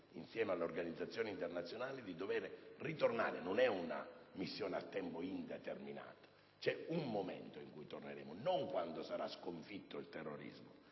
insieme alle organizzazioni internazionali, di dover ritornare. Non è una missione a tempo indeterminato: c'è un momento in cui torneremo, non quando sarà sconfitto il terrorismo,